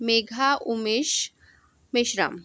Megha Umesh Meshram